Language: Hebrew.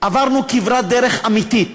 עברנו כברת דרך אמיתית